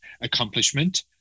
accomplishment